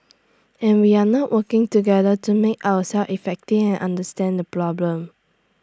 and we are not working together to make ourselves effective and understand the problem